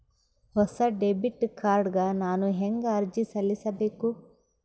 ಹೊಸ debit card ಗ ನಾನು ಹೆಂಗ ಅರ್ಜಿ ಸಲ್ಲಿಸಬೇಕು?